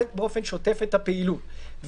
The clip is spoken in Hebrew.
בוודאי שהידע הפיננסי של רואי החשבון,